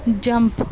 jump